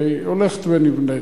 הולכת ונבנית.